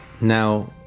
Now